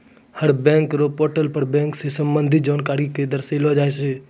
हर bank र portal पर bank स संबंधित जानकारी क दर्शैलो जाय छै